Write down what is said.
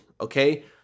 okay